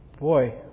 boy